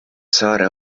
saare